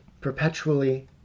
perpetually